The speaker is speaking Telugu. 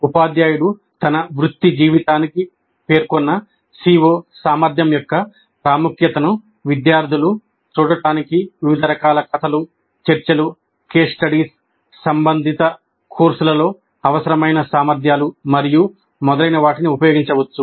ఉపాధ్యాయుడు తన వృత్తి జీవితానికి పేర్కొన్న CO సామర్థ్యం యొక్క ప్రాముఖ్యతను విద్యార్థులు చూడటానికి వివిధ రకాల కథలు చర్చలు కేస్ స్టడీస్ సంబంధిత కోర్సులలో అవసరమైన సామర్థ్యాలు మరియు మొదలైన వాటిని ఉపయోగించవచ్చు